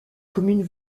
commune